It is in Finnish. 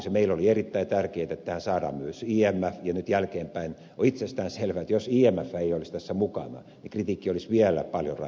meille oli erittäin tärkeätä että tähän saadaan myös imf ja nyt jälkeen päin on itsestään selvää että jos imf ei olisi tässä mukana niin kritiikki olisi vielä paljon rajumpaa